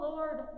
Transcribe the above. Lord